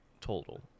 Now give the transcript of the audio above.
total